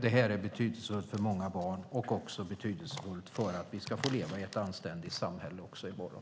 Det här är betydelsefullt för många barn och också betydelsefullt för att vi ska få leva i ett anständigt samhälle också i morgon.